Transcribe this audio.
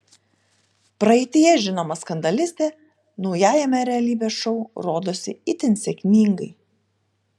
praeityje žinoma skandalistė naujajame realybės šou rodosi itin sėkmingai